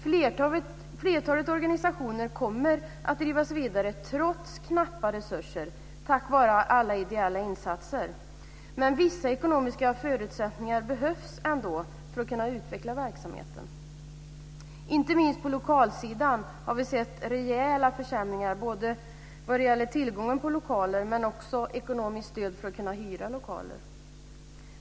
Flertalet organisationer kommer att drivas vidare trots knappa resurser, tack vare alla ideella insatser. Men vissa ekonomiska förutsättningar behövs ändå för att kunna utveckla verksamheten. Inte minst på lokalsidan har vi sett rejäla försämringar, både vad gäller tillgången på lokaler och på det ekonomiska stödet för att kunna hyra lokaler.